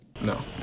No